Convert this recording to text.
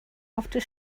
after